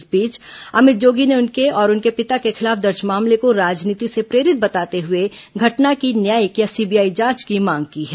इस बीच अमित जोगी ने उनके और उनके पिता के खिलाफ दर्ज मामले को राजनीति से प्रेरित बताते हए घटना की न्यायिक या सीबीआई जांच की मांग की है